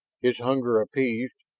his hunger appeased,